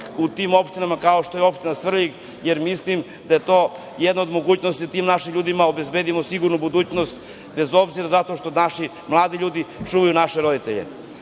u tim opštinama kao što je opština Svrljig, jer mislim da je to jedna od mogućnosti, da ti našim ljudima obezbedimo sigurnu budućnost, bez obzira što naši ljudi čuvaju naše roditelje. Mislim